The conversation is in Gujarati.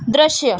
દૃશ્ય